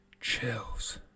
chills